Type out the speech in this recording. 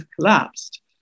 collapsed